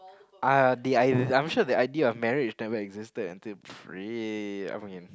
uh the idea I'm sure the idea of marriage never existed until I mean